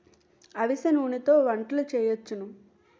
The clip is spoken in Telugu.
అవిసె నూనెతో వంటలు సేయొచ్చును